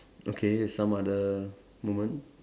okay some other moment